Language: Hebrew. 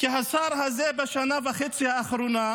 כי השר הזה בשנה וחצי האחרונות